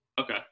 Okay